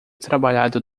trabalhado